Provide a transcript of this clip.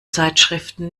zeitschriften